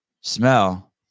smell